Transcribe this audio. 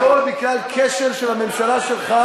הכול בגלל כשל של הממשלה שלך